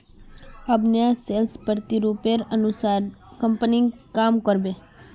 अब नया सेल्स प्रतिरूपेर अनुसार कंपनी काम कर बे